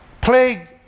plague